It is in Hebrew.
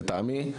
לטעמי,